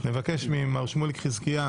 בתור חבר כנסת יחיד ששייך